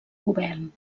govern